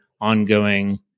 ongoing